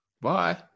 Bye